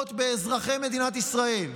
שפוגעות במדינת ישראל,